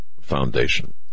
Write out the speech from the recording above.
foundation